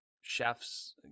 chefs